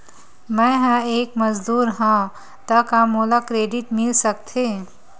मैं ह एक मजदूर हंव त का मोला क्रेडिट मिल सकथे?